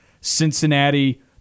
Cincinnati